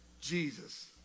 Jesus